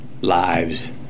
lives